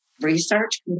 research